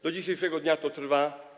Do dzisiejszego dnia to trwa.